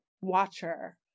watcher